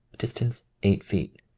distance eight feet.